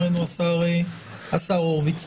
השר הורוביץ.